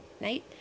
Night